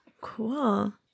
cool